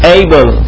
able